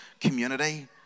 community